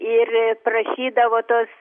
ir prašydavo tos